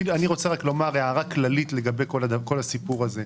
אני רוצה לומר הערה כללית לגבי כל הסיפור הזה.